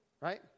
Right